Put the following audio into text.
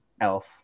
elf